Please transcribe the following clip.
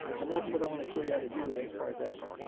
and that's what i want to show you how to do with inspired destiny.